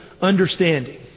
understanding